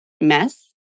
mess